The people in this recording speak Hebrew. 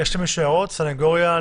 יש למישהו הערות סנגוריה,